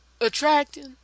attracting